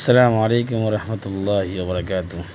السلام علیکم و رحمتہ اللہ وبرکاتہ